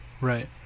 Right